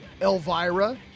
Elvira